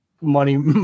money